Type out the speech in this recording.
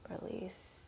release